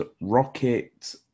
Rocket